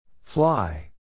Fly